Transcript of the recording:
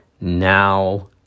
now